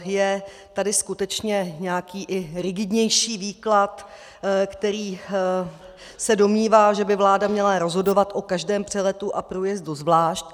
Je tady skutečně nějaký i rigidnější výklad, který se domnívá, že by vláda měla rozhodovat o každém přeletu a průjezdu zvlášť.